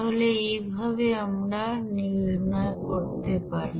তাহলে এইভাবে আমরা নির্ণয় করতে পারি